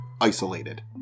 Isolated